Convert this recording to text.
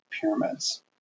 pyramids